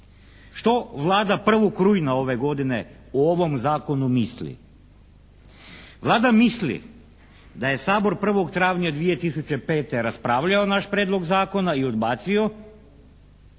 Što Vlada 1. rujna ove godine o ovom Zakonu misli? Vlada misli da je Sabor 1. travnja 2005. raspravljao naš Prijedlog zakona i odbacio